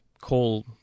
call